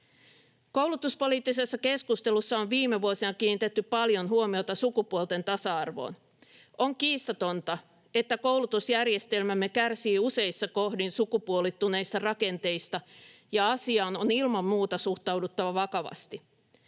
Koulutuspoliittisessa keskustelussa on viime vuosina kiinnitetty paljon huomiota sukupuolten tasa-arvoon. On kiistatonta, että koulutusjärjestelmämme kärsii useissa kohdin sukupuolittuneista rakenteista, ja asiaan on ilman muuta suhtauduttava vakavasti.